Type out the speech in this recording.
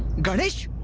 ganesh,